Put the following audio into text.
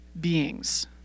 beings